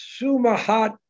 Sumahat